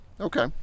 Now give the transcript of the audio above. Okay